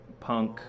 punk